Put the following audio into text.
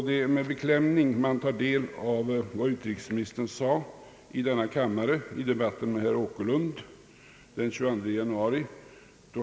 Det är med beklämning som jag tar del av vad utrikesministern sade i denna kammare i debatten med herr Åkerlund den 22 januari.